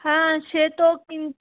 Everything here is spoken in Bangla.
হ্যাঁ সে তো কিন